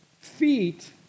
feet